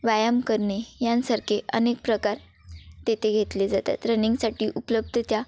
व्यायाम करणे यासारखे अनेक प्रकार तेथे घेतले जातात रनिंगसाठी उपलब्ध त्या